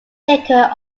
thicker